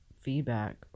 feedback